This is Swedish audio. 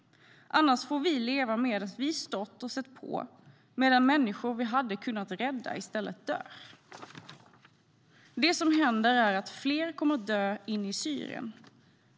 Annars får vi leva med att vi stått och sett på medan människor vi hade kunnat rädda i stället dör. Det som händer är att fler kommer att dö inne i Syrien.